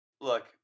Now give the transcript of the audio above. Look